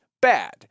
bad